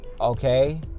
Okay